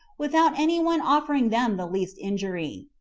without any one offering them the least injury.